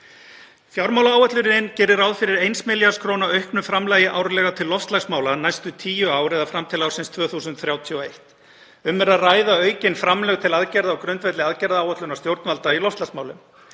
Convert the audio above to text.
Fjármálaáætlunin gerir ráð fyrir 1 milljarðs kr. auknu framlagi árlega til loftslagsmála næstu tíu ára eða fram til ársins 2031. Um er að ræða aukin framlög til aðgerða á grundvelli aðgerðaáætlunar stjórnvalda í loftslagsmálum.